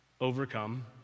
overcome